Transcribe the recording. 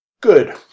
good